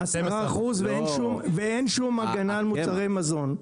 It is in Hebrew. עשרה אחוז, ואין שום הגנה על מוצרי מזון.